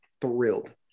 thrilled